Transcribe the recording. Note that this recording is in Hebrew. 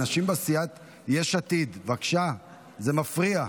אנשים בסיעת יש עתיד, בבקשה, זה מפריע.